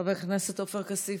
חבר הכנסת עופר כסיף,